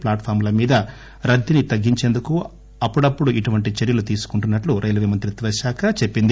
plot form ల మీద రద్దీని తగ్గించేందుకు అప్పుడప్పుడు ఇటువంటి చర్య తీసుకుంటున్నట్లు రైల్వే మంత్రిత్వశాఖ చెప్పింది